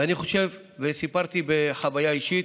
ואני חושב, וסיפרתי חוויה אישית: